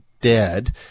Dead